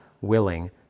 willing